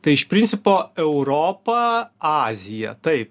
tai iš principo europa azija taip